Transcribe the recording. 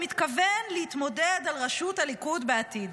מתכוון להתמודד על ראשות הליכוד בעתיד.